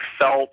felt